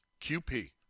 QP